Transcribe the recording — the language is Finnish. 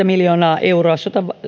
miljoonaa euroa